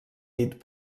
dit